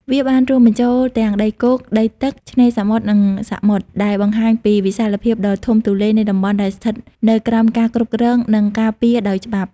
វាបានរួមបញ្ចូលទាំងដីគោក ដីទឹក ឆ្នេរសមុទ្រ និងសមុទ្រ ដែលបង្ហាញពីវិសាលភាពដ៏ធំទូលាយនៃតំបន់ដែលស្ថិតនៅក្រោមការគ្រប់គ្រង និងការពារដោយច្បាប់។